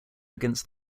against